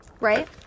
right